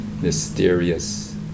Mysterious